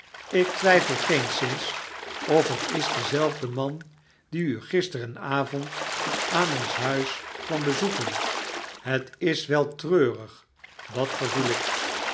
is iktwyfel geenszins of het is dezelfderaandieugisterenavond aan ons huis kwam bezoeken het is wel treurig dat gevoel ik